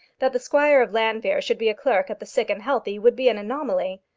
that the squire of llanfeare should be a clerk at the sick and healthy would be an anomaly.